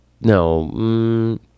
no